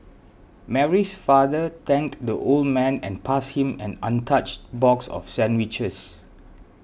Mary's father thanked the old man and passed him an untouched box of sandwiches